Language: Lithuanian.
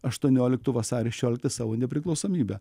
aštuonioliktų vasario šešioliktą savo nepriklausomybę